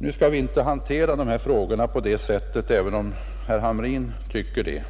Nu bör vi emellertid inte hantera dessa frågor på ett sådant sätt, även om herr Hamrin tycker det.